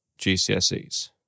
GCSEs